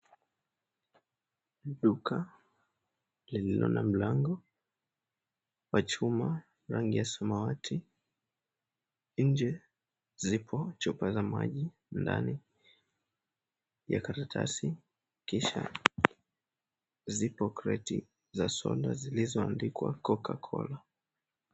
Duka lililo na mlango wa chuma, rangi ya samawati. Nje zipo chupa za maji ndani ya karatasi kisha zipo kreti za soda zilizoandikwa coca-cola.